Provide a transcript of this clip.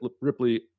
Ripley